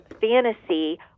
fantasy